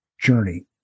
journey